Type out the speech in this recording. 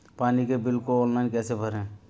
पानी के बिल को ऑनलाइन कैसे भरें?